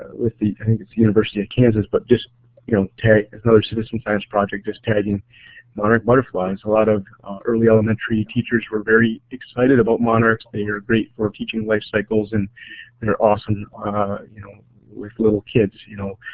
with the i think it's the university of kansas but just you know another citizen science project just tagging monarch butterflies. a lot of early elementary teachers were very excited about monarchs. they are great for teaching life cycles, and they're awesome you know with little kids you know,